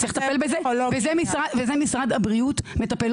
צריך לטפל בזה וזה משרד הבריאות מטפל.